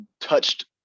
touched